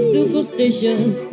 Superstitious